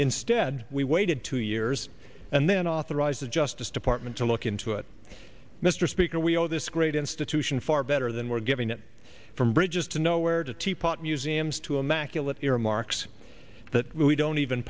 instead we waited two years and then authorized the justice department to look into it mr speaker we owe this great institution far better than we're giving it from bridges to nowhere to teapot museums to immaculate earmarks that we don't even